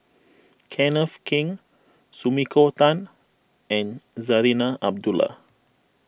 Kenneth Keng Sumiko Tan and Zarinah Abdullah